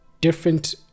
different